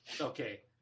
Okay